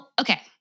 Okay